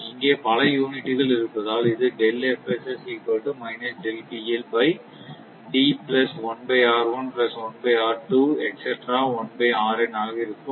இங்கே பல யூனிட்டுகள் இருப்பதால் இது ஆக இருக்கும்